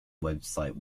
website